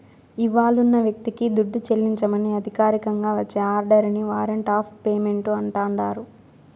ఇవ్వాలున్న వ్యక్తికి దుడ్డు చెల్లించమని అధికారికంగా వచ్చే ఆర్డరిని వారంట్ ఆఫ్ పేమెంటు అంటాండారు